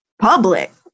public